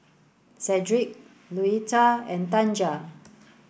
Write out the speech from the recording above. Sedrick Louetta and Tanja